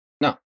No